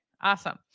Awesome